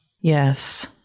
Yes